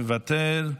מוותר,